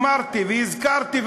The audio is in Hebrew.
אמרתי והזכרתי,